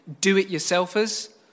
do-it-yourselfers